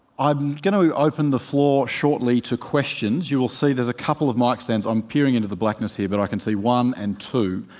i'm going to open the floor shortly to questions. you'll see there's a couple of mic stands. i'm peering into the blackness here but i can see one and two.